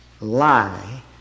lie